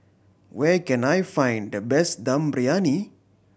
where can I find the best Dum Briyani